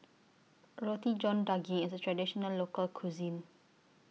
Roti John Daging IS A Traditional Local Cuisine